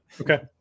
Okay